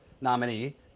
nominee